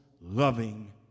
loving